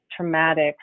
traumatic